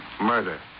Murder